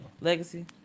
Legacy